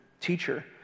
Teacher